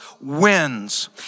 wins